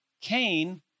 Cain